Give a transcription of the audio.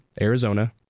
Arizona